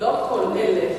לא כל אלה.